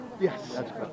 Yes